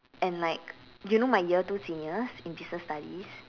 and like you know my year two seniors in business studies